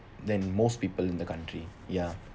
than most people in the country ya